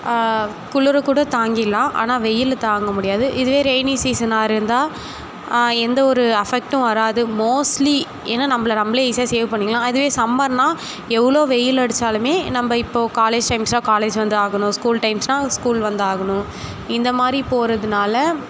குளிரு கூட தாங்கிடலாம் ஆனால் வெயில் தாங்க முடியாது இதுவே ரெய்னி சீசனாக இருந்தால் எந்த ஒரு அஃபெக்ட்டும் வராது மோஸ்ட்லி ஏன்னா நம்மள நம்மளே ஈஸியாக சேவ் பண்ணிக்கலாம் இதுவே சம்மர்னால் எவ்வளோ வெயில் அடித்தாலுமே நம்ம இப்போது காலேஜ் டைம்ஸ்னால் காலேஜ் வந்து ஆகணும் ஸ்கூல் டைம்ஸ்னால் ஸ்கூல் வந்து ஆகணும் இந்த மாதிரி போகிறதுனால